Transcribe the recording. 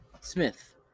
Smith